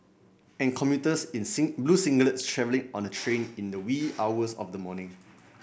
and commuters in blue singlets travelling on a train in the wee hours of the morning